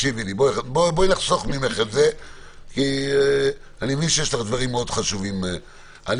אבל יש הגבלה אם מישהו חולה שם.